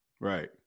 Right